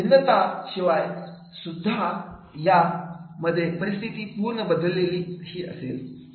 भिन्नता शिवाय सुद्धा या मध्ये परिस्थिती पुर्ण बदलली ही असेल